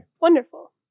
Wonderful